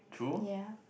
yea